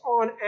on